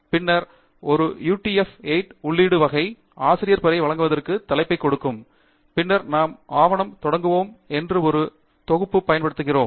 பின்னர் ஒரு utf8 உள்ளீடு வகை ஆசிரியர் பெயரை வழங்குவதற்கு தலைப்பை கொடுக்கும் பின்னர் நாம் ஆவணம் தொடங்குவோம் என்று ஒரு தொகுப்பு பயன்படுத்துகிறோம்